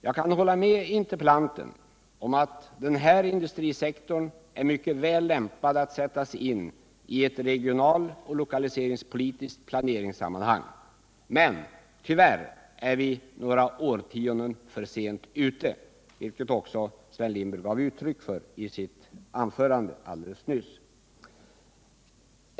Jag kan hålla med interpellanten om att den här industrisektorn är mycket väl lämpad att sättas in i ett regionaloch lokaliseringspolitiskt planerings sammanhang. Men tyvärr är vi några årtionden för sent ute, vilket också Sven — Nr 107 Lindberg gav uttryck för i sitt anförande alldeles nyss.